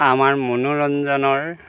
আমাৰ মনোৰঞ্জনৰ